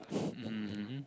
mmhmm mmhmm mmhmm